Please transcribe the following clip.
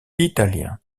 italiens